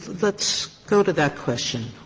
let's go to that question.